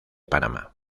panamá